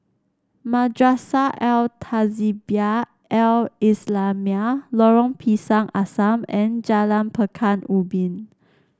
Madrasah Al Tahzibiah Al Islamiah Lorong Pisang Asam and Jalan Pekan Ubin